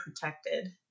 protected